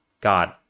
God